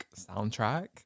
soundtrack